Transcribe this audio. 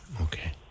Okay